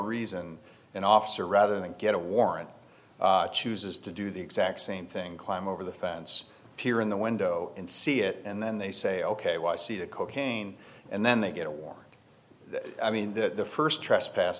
reason an officer rather than get a warrant chooses to do the exact same thing climb over the fence here in the window and see it and then they say ok well i see the cocaine and then they get a warrant i mean that the st trespass